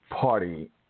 Party